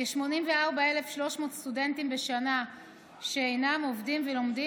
כ-84,300 סטודנטים בשנה אינם עובדים ולומדים